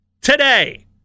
Today